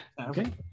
Okay